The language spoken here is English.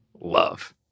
love